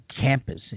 campus